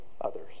others